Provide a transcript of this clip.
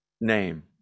name